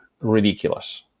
ridiculous